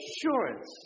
assurance